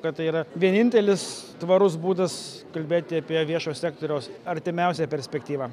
kad tai yra vienintelis tvarus būdas kalbėti apie viešo sektoriaus artimiausią perspektyvą